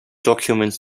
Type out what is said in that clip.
documents